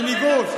בניגוד,